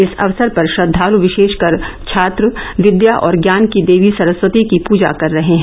इस अवसर पर श्रद्वाल विशेषकर छात्र विद्या और ज्ञान की देवी सरस्वती की पूजा कर रहे हैं